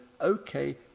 okay